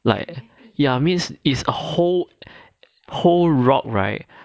like ya means it's a whole whole rock right